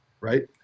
right